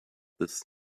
this